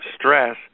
stress